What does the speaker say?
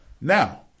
Now